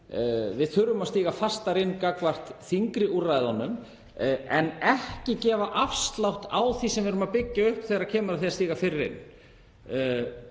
hins vegar að stíga fastar inn gagnvart þyngri úrræðunum en ekki gefa afslátt af því sem við erum að byggja upp þegar kemur að því að stíga fyrr inn.